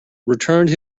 returned